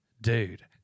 Dude